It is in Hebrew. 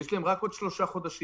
יש להם רק עוד שלושה חודשים.